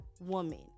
woman